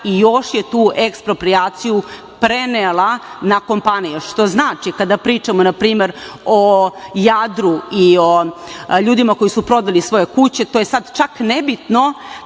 i još je tu eksproprijaciju prenela na kompanije, što znači, kada pričamo na primer o „Jadru“ i o ljudima koji su prodali svoje kuće, to je sada čak ne bitno,